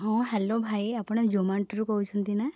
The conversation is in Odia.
ହଁ ହ୍ୟାଲୋ ଭାଇ ଆପଣ ଜୋମାଟୋରୁ କହୁଛନ୍ତି ନା